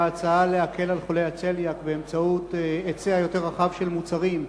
ההצעה להקל על חולי הצליאק באמצעות היצע יותר רחב של מוצרים,